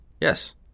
Yes